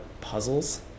puzzles